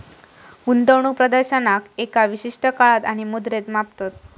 गुंतवणूक प्रदर्शनाक एका विशिष्ट काळात आणि मुद्रेत मापतत